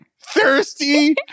thirsty